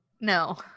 no